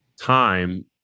time